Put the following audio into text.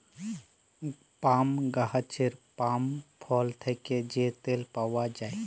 পাম গাহাচের পাম ফল থ্যাকে যে তেল পাউয়া যায়